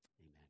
amen